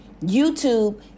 YouTube